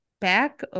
back